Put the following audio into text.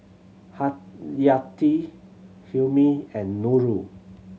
Haryati Hilmi and Nurul